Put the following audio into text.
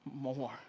more